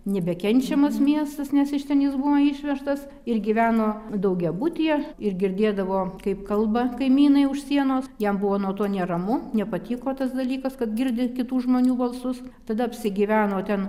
nebekenčiamas miestas nes iš ten jis buvo išvežtas ir gyveno daugiabutyje ir girdėdavo kaip kalba kaimynai už sienos jam buvo nuo to neramu nepatiko tas dalykas kad girdi kitų žmonių balsus tada apsigyveno ten